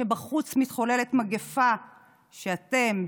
כשבחוץ מתחוללת מגפה שאתם,